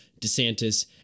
DeSantis